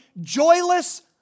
joyless